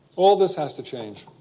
all this has to change.